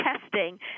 testing